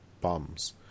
bums